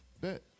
bet